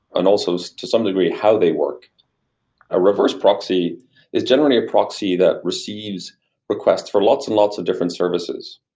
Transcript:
and also to some degree, how they work a reverse proxy is generating a proxy that receives request for lots and lots of different services.